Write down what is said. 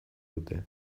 dute